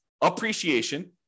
appreciation